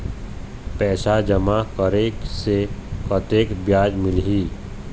पैसा जमा करे से कतेक ब्याज मिलही?